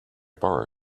borrow